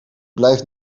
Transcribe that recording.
blijft